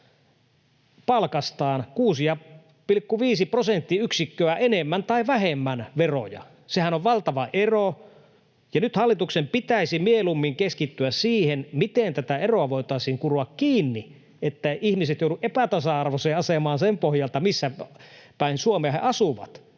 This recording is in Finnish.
palkastaan 6,5 prosenttiyksikköä enemmän tai vähemmän veroja. Sehän on valtava ero. Nyt hallituksen pitäisi mieluummin keskittyä siihen, miten tätä eroa voitaisiin kuroa kiinni, etteivät ihmiset joudu epätasa-arvoiseen asemaan sen pohjalta, missä päin Suomea he asuvat,